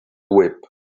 whip